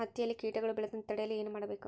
ಹತ್ತಿಯಲ್ಲಿ ಕೇಟಗಳು ಬೇಳದಂತೆ ತಡೆಯಲು ಏನು ಮಾಡಬೇಕು?